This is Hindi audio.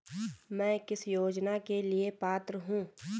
मैं किस योजना के लिए पात्र हूँ?